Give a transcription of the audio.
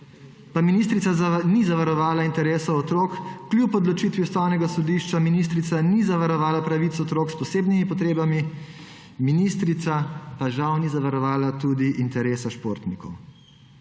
ministrica ni zavarovala interesov otrok. Kljub odločitvi Ustavnega sodišča ministrica ni zavarovala pravic otrok s posebnimi potrebami. Ministrica žal ni zavarovala niti interesa športnikov.